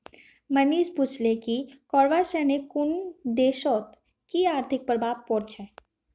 मनीष पूछले कि करवा सने कुन देशत कि आर्थिक प्रभाव पोर छेक